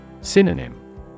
Synonym